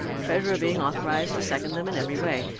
the treasurer being authorized to second them in every way.